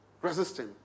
resisting